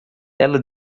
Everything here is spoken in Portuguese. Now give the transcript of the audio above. ela